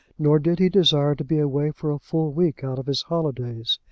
nor did he desire to be away for a full week out of his holidays.